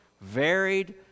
varied